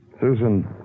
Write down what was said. Susan